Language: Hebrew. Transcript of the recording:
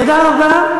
תודה רבה.